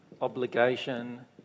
obligation